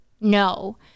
no